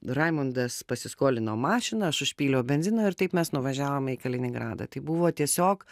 raimundas pasiskolino mašiną aš užpyliau benzino ir taip mes nuvažiavome į kaliningradą tai buvo tiesiog